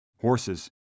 Horses